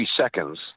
seconds